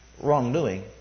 wrongdoing